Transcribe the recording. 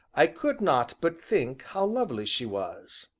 i could not but think how lovely she was.